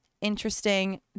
interesting